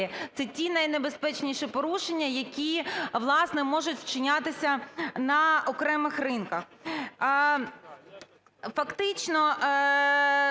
Це ті найнебезпечніші порушення, які, власне, можуть вчинятися на окремих ринках.